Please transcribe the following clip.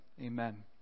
amen